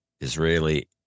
Israeli